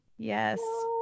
Yes